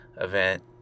event